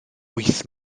wyth